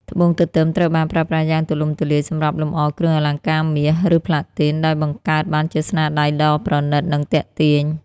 ត្បូងទទឹមត្រូវបានប្រើប្រាស់យ៉ាងទូលំទូលាយសម្រាប់លម្អគ្រឿងអលង្ការមាស ឬផ្លាទីន ដោយបង្កើតបានជាស្នាដៃដ៏ប្រណិត និងទាក់ទាញ។